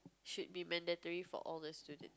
should be mandatory for all students